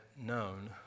known